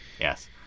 yes